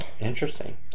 Interesting